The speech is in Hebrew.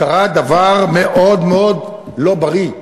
קרה דבר מאוד מאוד לא בריא.